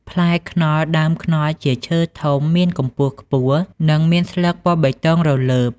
ផ្លែខ្នុរ ដើមខ្នុរជាឈើធំ មានកំពស់ខ្ពស់ និងមានស្លឹកពណ៌បៃតងរលើប។